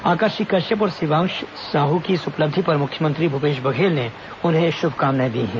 आकर्षि कश्यप और शिवांक्ष साहू की इस उपलब्धि पर मुख्यमंत्री भूपेश बघेल ने उन्हें शुभकामनाएं दी हैं